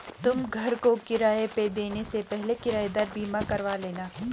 तुम घर को किराए पे देने से पहले किरायेदार बीमा करवा लेना